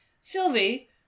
sylvie